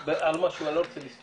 על משהו אבל אני לא רוצה לסתות.